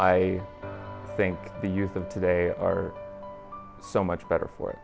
i think the youth of today are so much better for